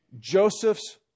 Joseph's